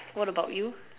what about you